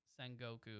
Sengoku